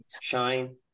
Shine